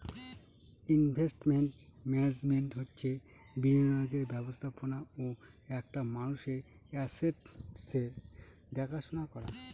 investment management হচ্ছে বিনিয়োগের ব্যবস্থাপনা ও একটা মানুষের আসেটসের দেখাশোনা করা